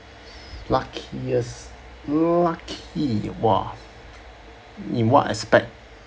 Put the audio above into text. luckiest lucky !wah! in what aspect